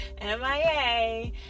MIA